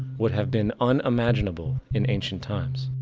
would have been unimaginable in ancient times.